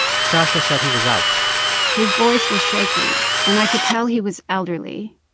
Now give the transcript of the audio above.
stacya said he was out his voice was shaking, and i could tell he was elderly.